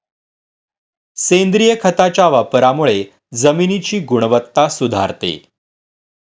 सेंद्रिय खताच्या वापरामुळे जमिनीची गुणवत्ता सुधारते